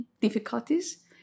difficulties